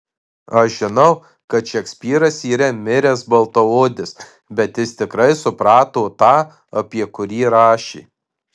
aš žinau kad šekspyras yra miręs baltaodis bet jis tikrai suprato tą apie kurį rašė